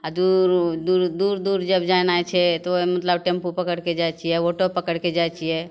आओर दूर दूर दूर जब जेनाइ छै तऽ ओहिमे मतलब टेम्पू पकड़िके जाइ छिए ऑटो पकड़िके जाइ छिए